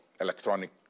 electronic